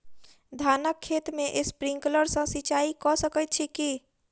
धानक खेत मे स्प्रिंकलर सँ सिंचाईं कऽ सकैत छी की?